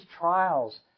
trials